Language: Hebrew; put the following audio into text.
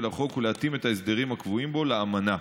החוק ולהתאים את ההסדרים הקבועים בו לאמנה.